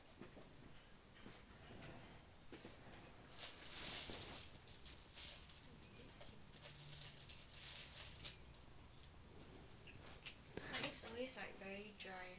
mm